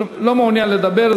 לא מעוניין לדבר,